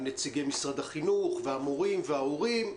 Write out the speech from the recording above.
נציגי משרד החינוך והמורים וההורים,